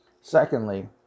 Secondly